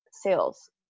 sales